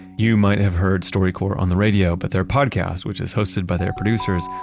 you might have heard storycorps on the radio, but their podcast, which is hosted by their producers,